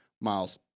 miles